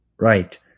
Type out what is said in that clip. right